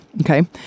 okay